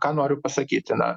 ką noriu pasakyti na